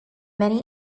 many